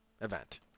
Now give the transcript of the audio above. event